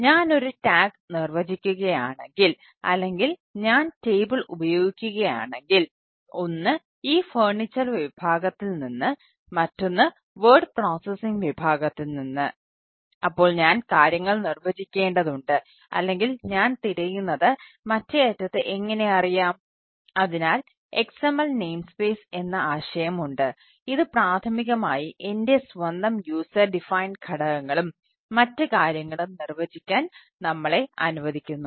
ഞാൻ ഒരു ടാഗ് ഘടകങ്ങളും മറ്റ് കാര്യങ്ങളും നിർവചിക്കാൻ നമ്മളെ അനുവദിക്കുന്നു